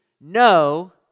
no